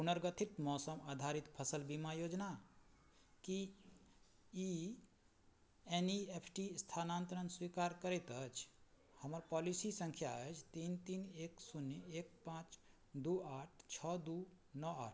पुनर्गठित मौसम आधारित फसिल बीमा योजना कि E N E F C स्थानान्तरण स्वीकार करैत अछि हमर पॉलिसी सँख्या अछि तीन तीन एक शून्य एक पाँच दुइ आठ छओ दुइ नओ आठ